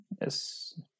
Yes